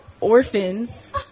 orphans